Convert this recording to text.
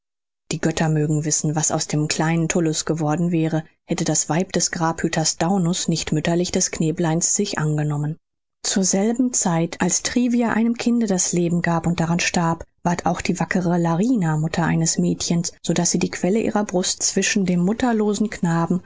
die götter mögen wissen was aus dem kleinen tullus geworden wäre hätte das weib des grabhüters daunus nicht mütterlich des knäbleins sich angenommen zur selben zeit als trivia einem kinde das leben gab und daran starb ward auch die wackere larina mutter eines mädchens so daß sie die quelle ihrer brust zwischen dem mutterlosen knaben